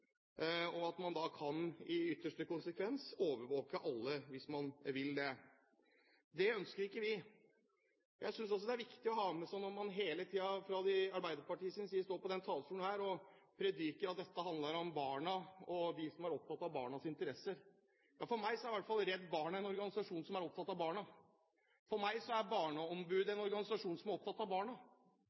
og at man i ytterste konsekvens kan overvåke alle, hvis man vil det. Det ønsker ikke vi. Og når man hele tiden fra Arbeiderpartiets side står på denne talerstolen og prediker at dette handler om barna, og dem som er opptatt av barnas interesser, synes jeg det er viktig å ha med seg at Redd Barna, i hvert fall for meg, er en organisasjon som er opptatt av barna, og barneombudet er en organisasjon som er opptatt av barna.